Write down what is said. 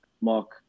Mark